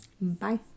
Bye